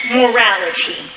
morality